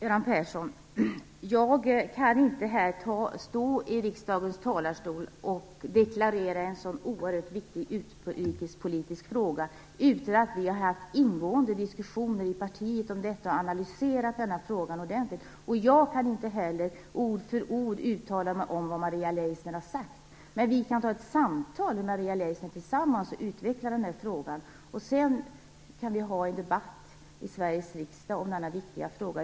Fru talman! Jag kan inte stå i riksdagens talarstol, Göran Persson, och deklarera vår ståndpunkt i en sådan oerhört viktig utrikespolitisk fråga utan att vi har haft ingående diskussioner i partiet och analyserat frågan ordentligt. Jag kan inte heller ord för ord uttala mig om vad Maria Leissner har sagt. Men vi kan föra ett samtal tillsammans med Maria Leissner och utveckla frågan, och sedan kan vi ha en debatt i Sveriges riksdag om denna viktiga fråga.